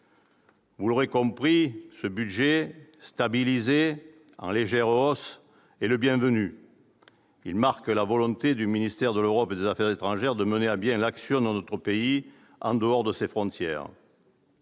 Vous l'aurez compris, ce budget stabilisé, en légère hausse, est bienvenu. Il marque la volonté du ministère de l'Europe et des affaires étrangères de mener à bien l'action de notre pays en dehors de ses frontières.